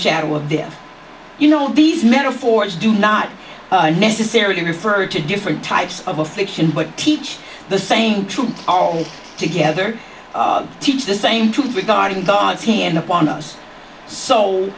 shadow of death you know these metaphors do not necessarily refer to different types of affliction but teach the same truth all together teach the same truth regarding god's hand upon us so